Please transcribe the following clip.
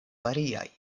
variaj